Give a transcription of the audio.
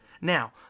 Now